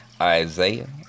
Isaiah